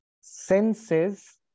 senses